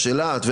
אילת,